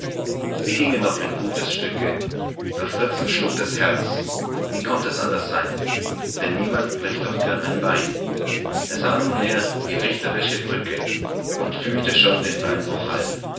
sie gingen noch ein gutes stücke doch fritzen schlug das herz wie konnt es anders sein denn niemand bricht doch gern ein bein er sah nunmehr die richterische brücke und fühlte schon den beinbruch